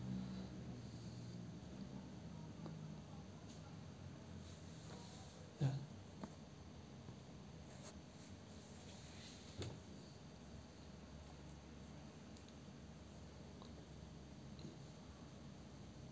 ya